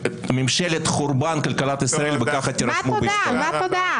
ממשלת חורבן כלכלת ישראל, וככה תירשמו בהיסטוריה.